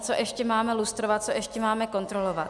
Co ještě máme lustrovat, co ještě máme kontrolovat.